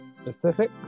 specific